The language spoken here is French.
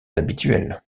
habituelles